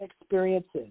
experiences